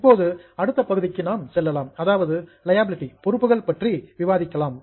இப்போது அடுத்த பகுதிக்கு நாம் செல்லலாம் அதாவது லியாபிலிடி பொறுப்புகள் பற்றி விவாதிக்கலாம்